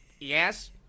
Yes